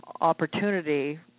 opportunity